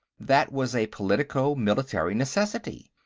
that was a politico-military necessity.